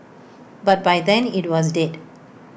but by then IT was dead